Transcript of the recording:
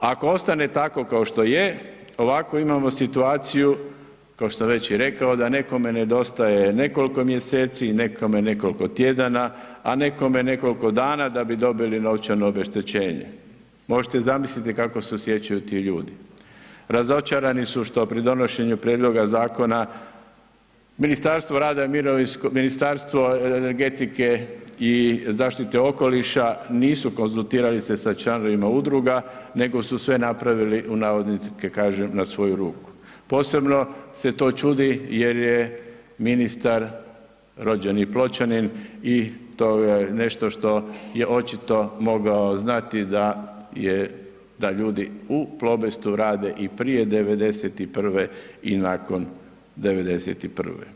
Ako ostane tako kao što je, ovakvu imamo situaciju, kao što sam već i rekao, da nekome nedostaje nekoliko mjeseci, nekome nekoliko tjedana, a nekome nekoliko dana da bi dobili novčano obeštećenje, možete zamisliti kako se osjećaju ti ljudi, razočarani su što pri donošenju prijedloga zakona Ministarstvo rada i mirovinskog, Ministarstvo energetike i zaštite okoliša nisu konzultirali se sa članovima udruga nego su sve napravili, u navodnike kažem, na svoju ruku, posebno se to čudi jer je ministar rođeni Pločanin i to je nešto što je očito mogao znati da je, da ljudi u Plobestu rade i prije '91. i nakon '91.